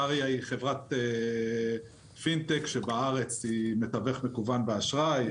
טריא היא חברת פינטק שבארץ היא מתווך מקוון באשראי.